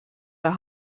der